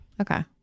Okay